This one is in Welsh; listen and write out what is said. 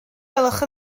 gwelwch